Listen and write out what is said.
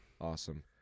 Awesome